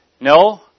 No